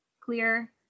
clear